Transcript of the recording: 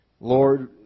Lord